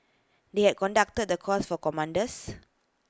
they had conducted the course for commanders